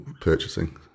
purchasing